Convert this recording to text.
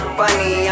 funny